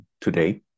today